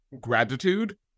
gratitude